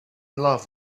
love